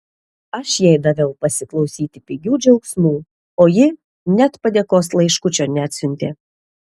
aš jai daviau pasiklausyti pigių džiaugsmų o ji net padėkos laiškučio neatsiuntė